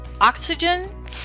oxygen